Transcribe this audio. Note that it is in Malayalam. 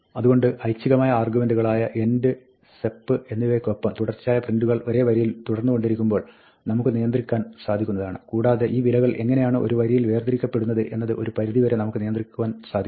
അതുകൊണ്ട് ഐച്ഛികമായ ആർഗ്യുമെന്റുകളായ end sep എന്നിവയ്ക്കൊപ്പം തുടർച്ചയായ പ്രിന്റുകൾ ഒരേ വരിയിൽ തുടർന്നുകൊണ്ടിരിക്കുമ്പോൾ നമുക്ക് നിയന്ത്രിക്കാൻ സാധിക്കുന്നതാണ് കൂടാതെ ഈ വിലകൾ എങ്ങിനെയാണ് ഒരു വരിയിൽ വേർതിരിക്കപ്പെടുന്നത് എന്നത് ഒരു പരിധി വരെ നമുക്ക് നിയന്ത്രിക്കാൻ സാധിക്കും